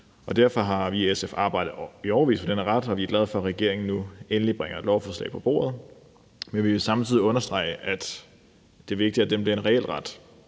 Derfor har vi i SF arbejdet i årevis for denne ret, og vi er glade for, at regeringen nu endelig bringer et lovforslag på bordet. Men vi vil samtidig understrege, at det er vigtigt, at det bliver en reel ret.